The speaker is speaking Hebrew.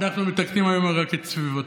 אנחנו מתקנים היום רק את סביבתו.